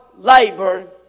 Labor